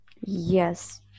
yes